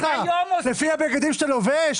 לפי הבגדים שאתה לובש?